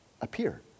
appear